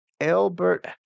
Albert